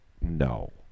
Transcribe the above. no